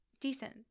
decent